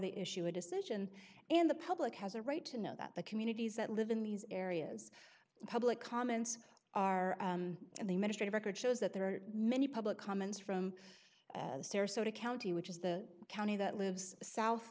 they issue a decision and the public has a right to know that the communities that live in these areas the public comments are and the ministry of record shows that there are many public comments from sarasota county which is the county that lives south